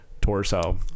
torso